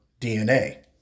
DNA